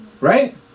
right